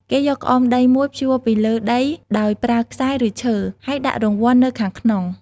គេយកក្អមដីមួយព្យួរពីលើដីដោយប្រើខ្សែ ឬឈើ ហើយដាក់រង្វាន់នៅខាងក្នុង។